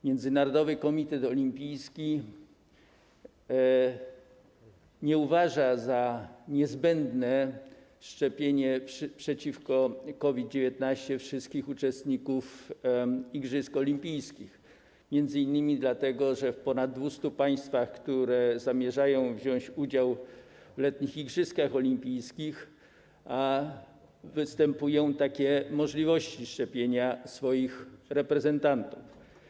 Międzynarodowy Komitet Olimpijski nie uważa za niezbędne szczepienia przeciwko COVID-19 wszystkich uczestników igrzysk olimpijskich, m.in. dlatego że w ponad 200 państwach, które zamierzają wziąć udział w letnich igrzyskach olimpijskich, istnieją możliwości szczepienia swoich reprezentantów.